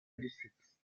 districts